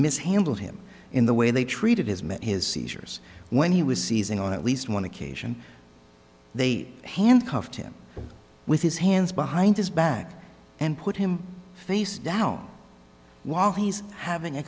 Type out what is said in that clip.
mishandled him in the way they treated his met his seizures when he was seizing on at least one occasion they handcuffed him with his hands behind his back and put him face down while he's having a